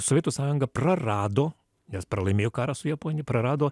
sovietų sąjunga prarado nes pralaimėjo karą su japonija prarado